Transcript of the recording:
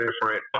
different